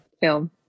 film